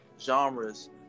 genres